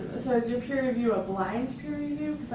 so is your peer review a blind peer review?